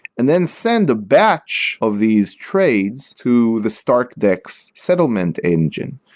and then send a batch of these trades to the starkdex settlement engine,